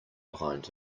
behind